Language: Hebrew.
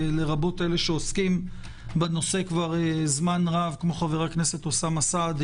לרבות אלה שעוסקים בנושא כבר זמן רב כמו חבר הנכסת אוסאמה סעדי